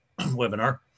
webinar